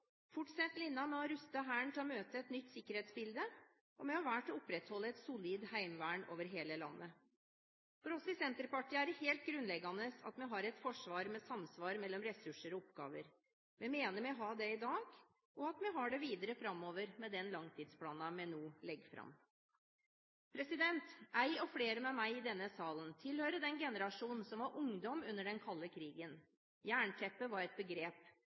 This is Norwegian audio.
fortsetter linjen med å ruste Hæren til å møte et nytt sikkerhetsbilde. Vi har valgt å opprettholde et solid heimevern over hele landet. For oss i Senterpartiet er det helt grunnleggende at vi har et forsvar med samsvar mellom ressurser og oppgaver. Vi mener at vi har det i dag, og at vi kommer til å ha det videre framover med den langtidsplanen som vi nå legger fram. Jeg, og flere med meg i denne salen, tilhører generasjonen som var ungdom under den kalde krigen. Jernteppet var et begrep,